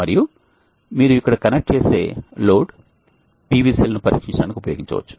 మరియు మీరు ఇక్కడ కనెక్ట్ చేసే లోడ్ PV సెల్ ను పరీక్షించడానికి ఉపయోగించవచ్చు